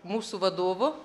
mūsų vadovu